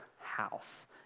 house